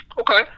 Okay